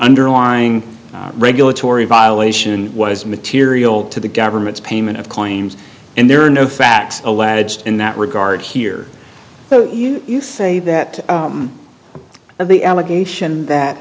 underlying regulatory violation was material to the government's payment of claims and there are no facts alleged in that regard here so you think that the allegation that